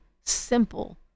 simple